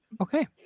Okay